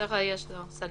שבדרך כלל יש לו סניגור.